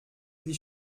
wie